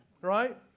right